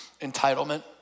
Entitlement